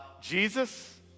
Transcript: Jesus